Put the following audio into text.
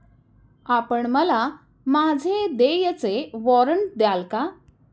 आपण मला माझे देयचे वॉरंट द्याल का?